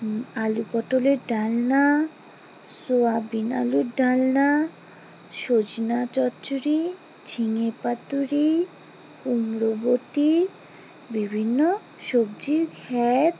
আলু পটলের ডালনা সয়াবিন আলুর ডালনা সজনা চচ্চড়ি ঝিঙে পাতুড়ি কুমড়ো বটি বিভিন্ন সবজির ঘ্যাঁট